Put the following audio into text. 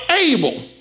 able